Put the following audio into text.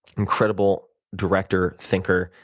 incredible director, thinker,